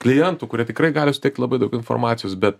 klientų kurie tikrai gali suteikti labai daug informacijos bet